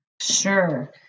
Sure